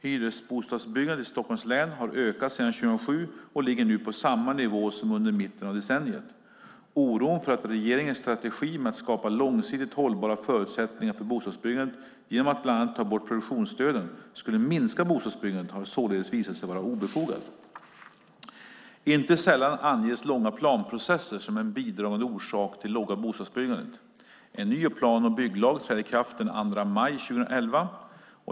Hyresbostadsbyggandet i Stockholms län har ökat sedan 2007 och ligger nu på samma nivå som under mitten av decenniet. Oron för att regeringens strategi med att skapa långsiktigt hållbara förutsättningar för bostadsbyggandet, genom att bland annat ta bort produktionsstöden, skulle minska bostadsbyggandet har således visat sig vara obefogad. Inte sällan anges långa planprocesser som en bidragande orsak till det låga bostadsbyggandet. En ny plan och bygglag träder i kraft den 2 maj 2011.